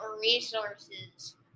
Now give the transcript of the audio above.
resources